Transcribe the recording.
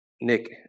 Nick